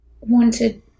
wanted